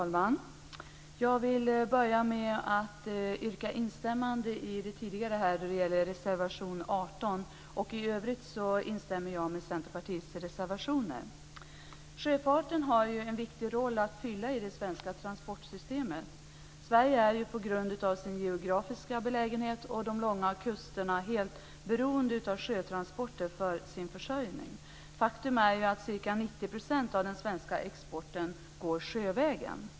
Fru talman! Jag vill börja med att instämma i det tidigare yrkandet vad gäller reservation 18. I övrigt instämmer jag med Centerpartiets reservationer. Sjöfarten har en viktig roll att fylla i det svenska transportsystemet. Sverige är på grund av sin geografiska belägenhet och de långa kusterna helt beroende av sjötransporter för sin försörjning. Faktum är att ca 90 % av den svenska exporten går sjövägen.